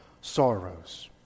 sorrows